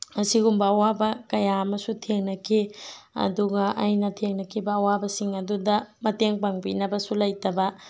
ꯑꯁꯤꯒꯨꯝꯕ ꯑꯋꯥꯕ ꯀꯌꯥ ꯑꯃꯁꯨ ꯊꯦꯡꯅꯈꯤ ꯑꯗꯨꯒ ꯑꯩꯅ ꯊꯦꯡꯅꯈꯤꯕ ꯑꯋꯥꯕꯁꯤꯡ ꯑꯗꯨꯗ ꯃꯇꯦꯡ ꯄꯥꯡꯕꯤꯅꯕꯁꯨ ꯂꯩꯇꯕ